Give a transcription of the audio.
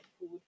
food